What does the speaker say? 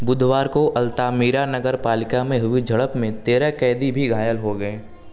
बुधवार को अल्तामिरा नगरपालिका में हुई झड़प में तेरह कैदी भी घायल हो गए